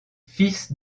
fils